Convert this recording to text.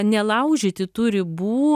nelaužyti tų ribų